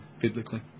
biblically